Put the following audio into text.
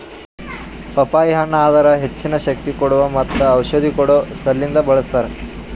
ಪಪ್ಪಾಯಿ ಹಣ್ಣ್ ಅದರ್ ಹೆಚ್ಚಿನ ಶಕ್ತಿ ಕೋಡುವಾ ಮತ್ತ ಔಷಧಿ ಕೊಡೋ ಸಲಿಂದ್ ಬಳ್ಸತಾರ್